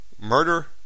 Murder